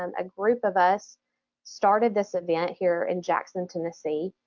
um a group of us started this event here in jackson, tennessee.